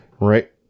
right